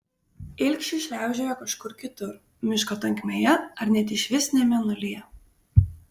ilgšis šliaužiojo kažkur kitur miško tankmėje ar net išvis ne mėnulyje